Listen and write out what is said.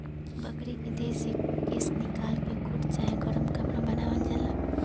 बकरी के देह से केश निकाल के कोट चाहे गरम कपड़ा बनावल जाला